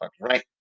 right